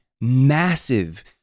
massive